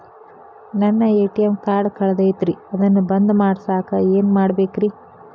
ನನ್ನ ATM card ಕಳದೈತ್ರಿ ಅದನ್ನ ಬಂದ್ ಮಾಡಸಾಕ್ ಏನ್ ಮಾಡ್ಬೇಕ್ರಿ?